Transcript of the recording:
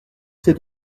ces